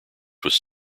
was